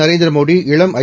நரேந்திரமோடி இளம் ஐ